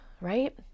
Right